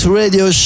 radio